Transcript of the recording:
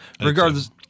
Regardless –